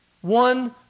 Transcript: One